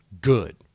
Good